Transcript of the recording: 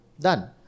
Done